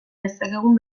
dezakegun